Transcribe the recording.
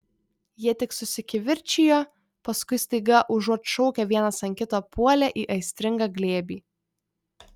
jie tik susikivirčijo paskui staiga užuot šaukę vienas ant kito puolė į aistringą glėbį